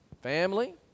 Family